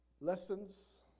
Lessons